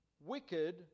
wicked